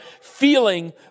feeling